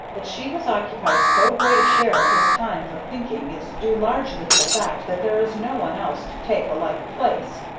that she has occupied so great a share of his time for thinking is due largely to the fact that there is no one else to take a like place,